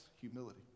humility